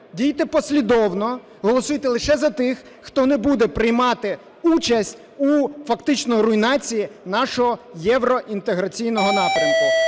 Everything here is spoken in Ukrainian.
дійте послідовно, голосуйте лише за тих, хто не буде приймати участь у фактично руйнації нашого євроінтеграційного напрямку.